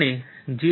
આપણે 0